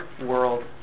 world